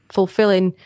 fulfilling